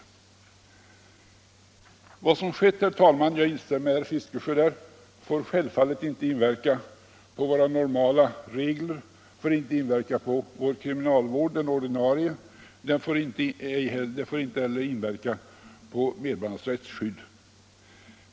Vad som skett — jag instämmer med herr Fiskesjö därvidlag — får självfallet inte inverka på våra normala regler och vår ordinarie kriminalvård. Det får inte heller inverka på medborgarnas rättsskydd.